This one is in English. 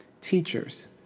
teachers